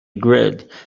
grid